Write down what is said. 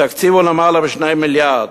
התקציב הוא למעלה מ-2 מיליארד.